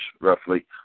roughly